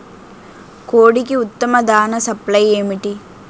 కోడికి ఉత్తమ దాణ సప్లై ఏమిటి?